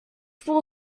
full